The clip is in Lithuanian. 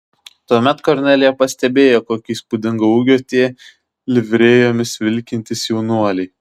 tuomet kornelija pastebėjo kokio įspūdingo ūgio tie livrėjomis vilkintys jaunuoliai